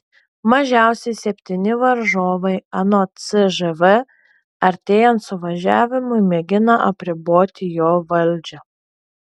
mažiausiai septyni varžovai anot cžv artėjant suvažiavimui mėgina apriboti jo valdžią